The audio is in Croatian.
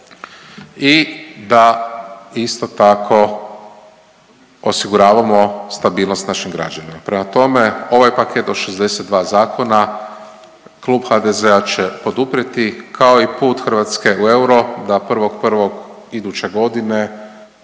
i da isto tako osiguravamo stabilnost našim građanima. Prema tome ovaj paket od 62 zakona klub HDZ-a će poduprijeti kao i put Hrvatske u euro da 1.1. iduće godine